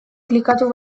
klikatu